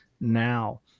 now